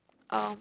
um